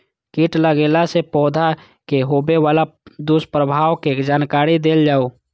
कीट लगेला से पौधा के होबे वाला दुष्प्रभाव के जानकारी देल जाऊ?